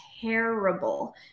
terrible